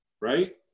Right